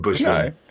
No